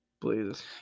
Please